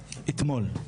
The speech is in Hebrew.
אתמול.